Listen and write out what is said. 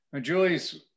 Julie's